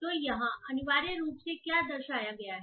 तो यहाँ अनिवार्य रूप से क्या दर्शाया गया है